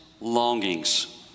longings